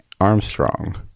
armstrong